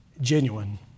Genuine